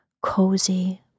cozy